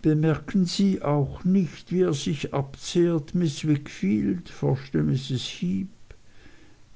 bemerken sie auch nicht wie er sich abzehrt miß wickfield forschte mrs heep